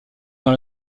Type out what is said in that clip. dans